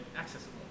accessible